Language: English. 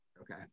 Okay